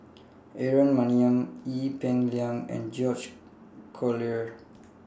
Aaron Maniam Ee Peng Liang and George Collyer